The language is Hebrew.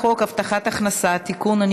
הצעת חוק הבטחת הכנסה (תיקון,